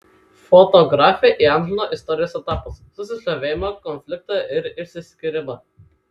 fotografė įamžino istorijos etapus susižavėjimą konfliktą ir išsiskyrimą